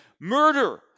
Murder